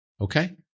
Okay